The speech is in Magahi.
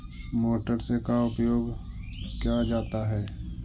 मोटर से का उपयोग क्या जाता है?